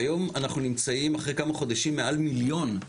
והיום אנחנו נמצאים אחרי כמה חודשים מעל מיליון.